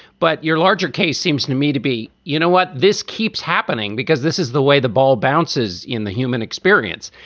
but your larger case seems to me to be, you know what, this keeps happening because this is the way the ball bounces in the human experience.